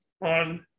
on